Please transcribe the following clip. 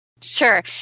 Sure